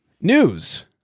news